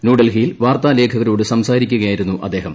ന്യൂഡൽഹിയിൽ വാർത്താലേഖകരോട് സംസാരിക്കുകയായിരുന്നു അദ്ദേഹം